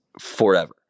forever